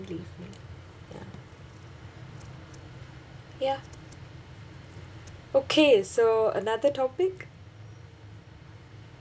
leave me ya ya okay so another topic